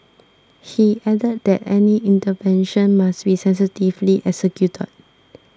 he added that any intervention must be sensitively executed